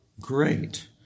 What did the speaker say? great